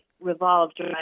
revolved